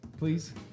please